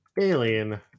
Alien